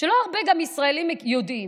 שלא הרבה ישראלים יודעים,